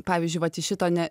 pavyzdžiui vat iš šito ne